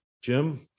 Jim